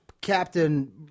Captain